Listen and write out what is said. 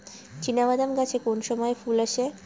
চিনাবাদাম গাছে কোন সময়ে ফুল আসে?